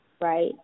right